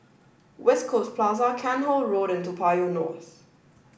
West Coast Plaza Cairnhill Road and Toa Payoh North